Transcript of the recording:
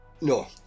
No